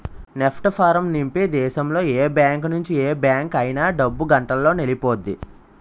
NEFT form నింపి దేశంలో ఏ బ్యాంకు నుంచి ఏ బ్యాంక్ అయినా డబ్బు గంటలోనెల్లిపొద్ది